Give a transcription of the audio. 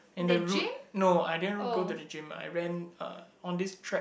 and the route no I didn't go to the gym I ran uh on this track